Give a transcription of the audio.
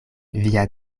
via